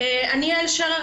אני יעל שרר,